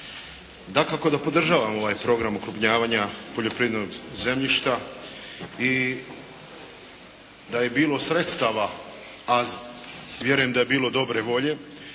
Dakako da podržavam ovaj program okrupnjavanja poljoprivrednog zemljišta i da je bilo sredstava, a vjerujem da je bilo dobre volje,